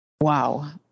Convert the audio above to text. Wow